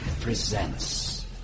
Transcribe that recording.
presents